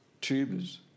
tubers